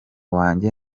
wanjye